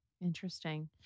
Interesting